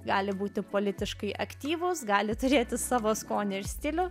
gali būti politiškai aktyvūs gali turėti savo skonį ir stilių